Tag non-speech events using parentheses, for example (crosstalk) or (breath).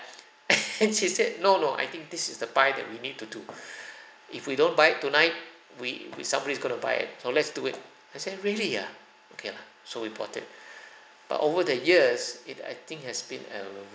(laughs) and she said no no I think this is the buy that we need to do (breath) if we don't buy it tonight we we somebody's going to buy it so let's do it I said really ah okay lah so we bought it (breath) but over the years it I think has been a